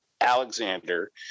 Alexander